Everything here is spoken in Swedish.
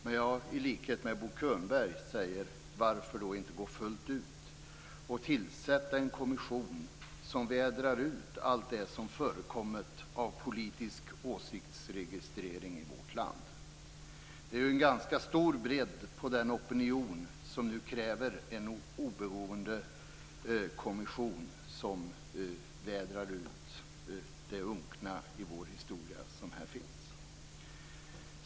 Men i likhet med Bo Könberg säger jag: Varför inte löpa linan fullt ut och tillsätta en kommission som vädrar ut allt det som förekommit av politisk åsiktsregistrering i vårt land? Det är ganska stor bredd på den opinion som nu kräver en oberoende kommission som vädrar ut det unkna som här finns i vår historia.